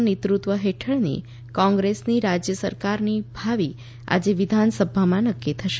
નેતૃત્ય હેઠળની કોંગ્રેસની રાજ્ય સરકારનું ભાવિ આજે વિધાનસભામાં નક્કી થશે